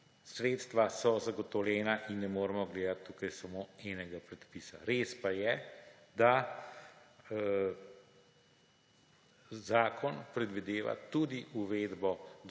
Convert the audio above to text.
sredstva so zagotovljena in ne moremo gledati tukaj samo enega predpisa. Res pa je, da zakon predvideva tudi uvedbo